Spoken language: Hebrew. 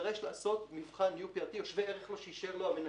יידרש לעשות מבחן UPRT או שווה ערך לו שאישור לו המנהל.